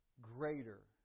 greater